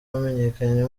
wamenyekanye